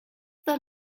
the